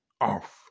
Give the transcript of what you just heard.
off